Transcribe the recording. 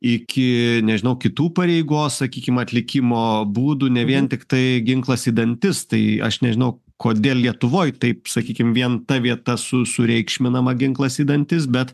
iki nežinau kitų pareigos sakykim atlikimo būdų ne vien tiktai ginklas į dantis tai aš nežinau kodėl lietuvoj taip sakykim vien ta vieta su sureikšminama ginklas į dantis bet